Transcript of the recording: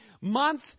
month